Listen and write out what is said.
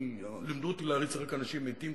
לימדו אותי להעריץ רק אנשים מתים,